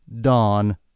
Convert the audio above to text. dawn